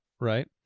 right